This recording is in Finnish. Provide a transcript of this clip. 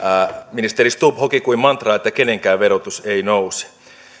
ministeri stubb hoki kuin mantraa että kenenkään verotus ei nouse